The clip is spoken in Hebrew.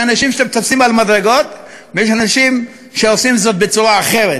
יש אנשים שמטפסים במדרגות ויש אנשים שעושים זאת בצורה אחרת.